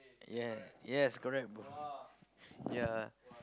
ya yes correct bro ya